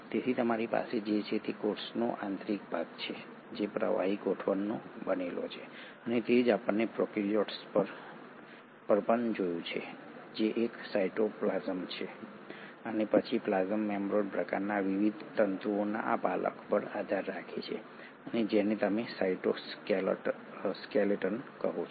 તેથી તમારી પાસે જે છે તે કોષનો આંતરિક ભાગ છે જે પ્રવાહી ગોઠવણનો બનેલો છે અને તે જ આપણે પ્રોકેરીયોટ્સમાં પણ જોયું છે જે એક સાયટોપ્લાસમ છે અને પછી પ્લાઝ્મા મેમ્બ્રેન પ્રકાર વિવિધ તંતુઓના આ પાલખ પર આધાર રાખે છે અને જેને તમે સાઇટોસ્કેલેટન કહો છો